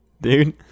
dude